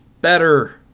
better